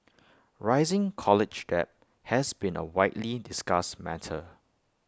rising college debt has been A widely discussed matter